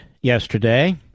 yesterday